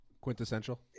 quintessential